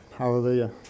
Hallelujah